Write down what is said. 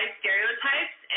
stereotypes